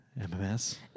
MMS